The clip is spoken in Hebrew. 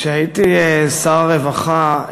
כשהייתי שר הרווחה,